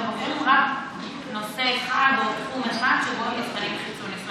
והם בוחרים רק נושא אחד או תחום אחד שבו הם נבחנים חיצונית.